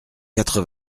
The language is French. quatre